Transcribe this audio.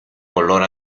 color